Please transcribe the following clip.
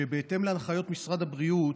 בהתאם להנחיות משרד הבריאות,